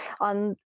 on